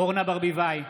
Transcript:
אורנה ברביבאי,